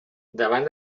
davant